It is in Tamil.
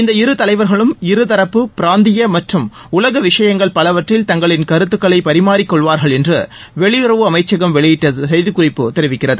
இந்த இருதலைவர்களும் இருதரப்பு பிராந்திய மற்றும் உலக விஷயங்கள் பலவற்றில் தங்களின் கருத்துக்களை பரிமாறி கொள்வார்கள் என்று வெளியுறவு அமைச்சகம் வெளியிட்ட செய்திக் குறிப்பு தெரிவிக்கிறது